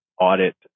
audit